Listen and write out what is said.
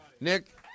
Nick